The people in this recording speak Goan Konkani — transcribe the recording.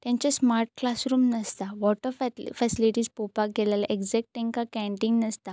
तेंचे स्मार्ट क्लासरूम नासता वॉटर फॅसिलिटीझ पळोवपाक गेले जल्यार ऍग्जॅक्ट तेंकां कॅन्टीन नासता